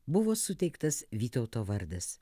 buvo suteiktas vytauto vardas